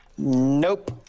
Nope